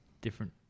different